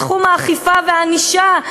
בתחום האכיפה והענישה.